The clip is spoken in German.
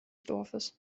dorfes